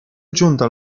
aggiunta